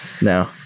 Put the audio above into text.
No